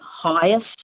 highest